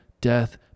death